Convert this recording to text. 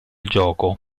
gioco